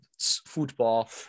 football